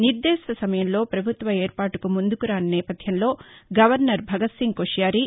నిర్దేశిత సమయంలో పభుత్వ ఏర్పాటుకు ముందుకు రాని నేపథ్యంలో గవర్నర్ భగత్సింగ్ కోశ్యారీ